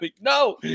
no